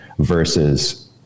versus